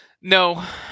No